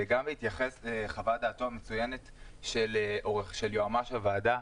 וגם בהתייחס לחוות דעתו של יועמ"ש הוועדה,